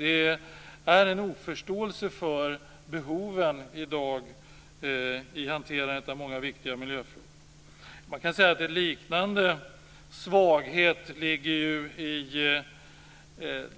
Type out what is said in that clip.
Det finns en oförståelse för behoven i dag när det gäller hanteringen av många viktiga miljöfrågor. Man kan säga att en liknande svaghet ligger i